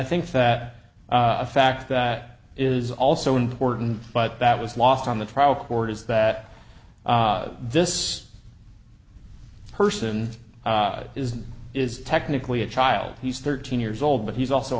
think that a fact that is also important but that was lost on the trial court is that this person is is technically a child he's thirteen years old but he's also